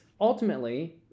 ultimately